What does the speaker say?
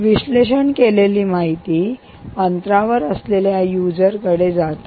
विश्लेषण केलेली माहिती अंतरावर असलेल्या यूजर कडे जात आहे